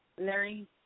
Larry